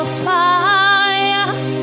fire